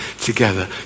together